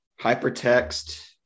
hypertext